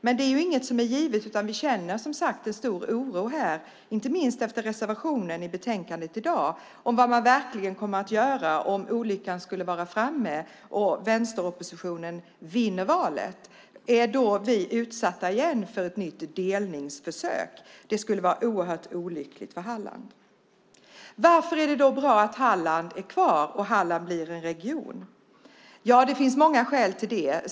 Men det är inget som är givet, utan vi känner som sagt en stor oro här - inte minst efter reservationen i betänkandet i dag - för vad man verkligen kommer att göra om olyckan skulle vara framme och vänsteroppositionen vinner valet. Är vi då utsatta för ett nytt delningsförsök? Det skulle vara oerhört olyckligt för Halland. Varför är det då bra att Halland är kvar och blir en region? Ja, det finns många skäl till detta.